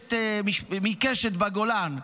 מקשת בגולן.